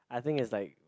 I think it's like